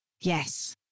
Yes